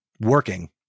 working